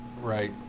Right